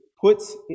puts